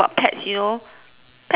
pet peeves is like